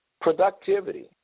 productivity